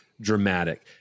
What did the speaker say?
dramatic